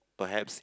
perhaps